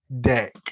deck